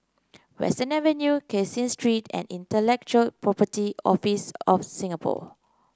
Western Avenue Caseen Street and Intellectual Property Office of Singapore